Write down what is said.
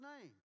name